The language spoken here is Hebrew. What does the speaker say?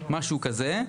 משהו כזה.